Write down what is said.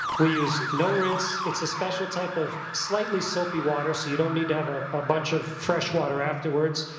we use no rinse it's a special type of slightly soapy water, so you don't need to have ah a bunch of fresh water afterwards.